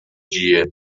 dia